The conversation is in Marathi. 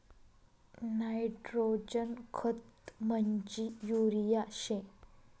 नायट्रोजन खत म्हंजी युरिया शे